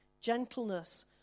gentleness